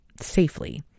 safely